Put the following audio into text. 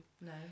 No